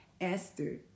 Esther